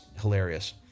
hilarious